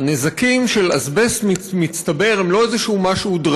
הנזקים של אזבסט מתפורר הם לא איזה משהו דרמטי